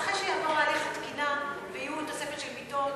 אחרי שיעבור הליך התקינה ותהיה תוספת של מיטות,